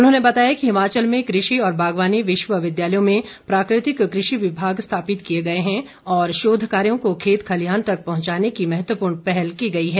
उन्होंने बताया कि हिमाचल में कृषि और बागवानी विश्वविद्यालयों में प्राकृतिक कृषि विभाग स्थापित किए गए हैं और शोध कार्यो को खेत खलियान तक पहुंचाने की महत्वपूर्ण पहल की गई है